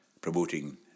promoting